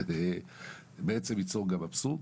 זה ייצור אבסורד